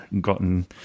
gotten